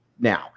Now